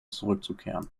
zurückzukehren